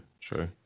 true